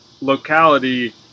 locality